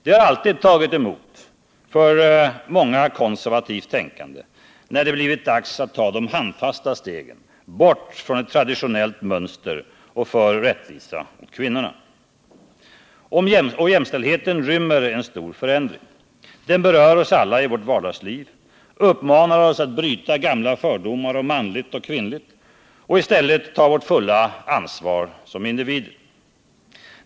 Det har alltid tagit emot för många konservativt tänkande när det blivit dags att ta de handfasta stegen bort från ett traditionellt mönster och för rättvisa åt kvinnorna. Och jämställdheten rymmer en stor förändring. Den berör oss alla i vårt vardagsliv, uppmanar oss att bryta med gamla fördomar om manligt och kvinnligt och i stället ta vårt fulla ansvar som individer.